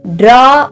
draw